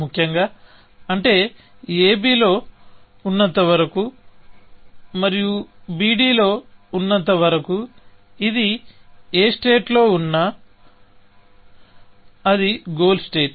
ముఖ్యంగా అంటే AB లో ఉన్నంత వరకు మరియు BD లో ఉన్నంత వరకు ఇది ఏ స్టేట్ లో ఉన్నా అది గోల్ స్టేట్